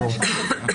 חד-משמעית.